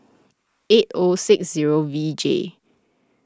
eight O six zero V J